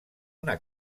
una